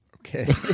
Okay